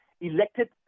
elected